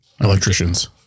Electricians